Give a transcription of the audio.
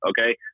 okay